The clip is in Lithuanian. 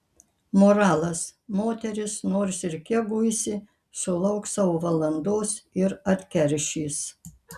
moralas moteris nors ir kiek guisi sulauks savo valandos ir atkeršys